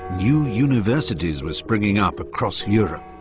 new universities were springing up across europe.